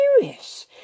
serious